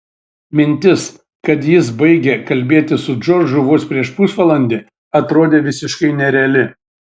mintis kad jis baigė kalbėti su džordžu vos prieš pusvalandį atrodė visiškai nereali